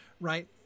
right